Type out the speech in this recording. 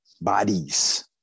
Bodies